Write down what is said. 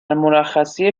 مرخصی